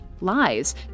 lies